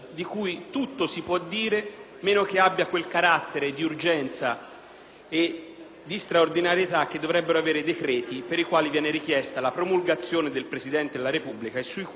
e di straordinarietà che dovrebbero avere i decreti, per i quali viene richiesta la promulgazione del Presidente della Repubblica e sui quali il Parlamento è chiamato a convalidare la ratifica entro 60 giorni.